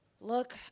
Look